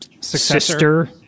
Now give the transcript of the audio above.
sister